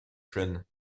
jeune